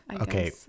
Okay